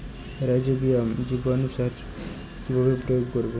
Rhizobium জীবানুসার কিভাবে প্রয়োগ করব?